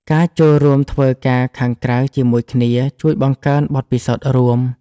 ការចូលរួមធ្វើការខាងក្រៅជាមួយគ្នាជួយបង្កើនបទពិសោធន៍រួម។